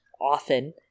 often